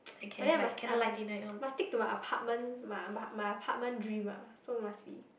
but then I must I must must stick to my apartment my apa~ my apartment dream ah so must be